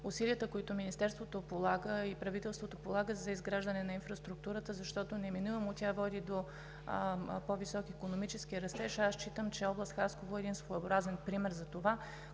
усилията, които Министерството и правителството полагат за изграждане на инфраструктурата, защото неминуемо тя води до по-висок икономически растеж. Област Хасково е един своеобразен пример за това,